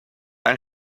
and